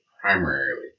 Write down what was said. primarily